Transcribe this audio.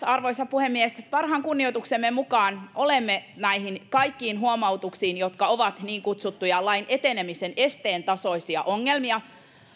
arvoisa puhemies parhaan kunnioituksemme mukaan olemme näihin kaikkiin huomautuksiin jotka koskevat niin kutsuttuja lain etenemisen esteen tasoisia ongelmia